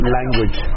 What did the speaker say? language